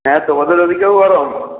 হ্যাঁ তোমাদের ওদিকেও গরম